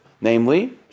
Namely